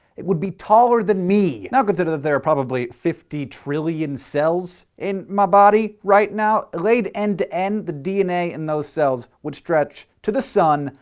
it would be taller than me. now consider that there are probably fifty trillion cells in my body right now, laid and end-to-end, the dna in those cells would stretch to the sun,